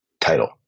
title